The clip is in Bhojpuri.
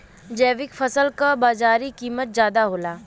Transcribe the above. जैविक फसल क बाजारी कीमत ज्यादा होला